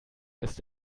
ist